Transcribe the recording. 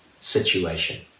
situation